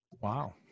Wow